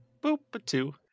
Boop-a-two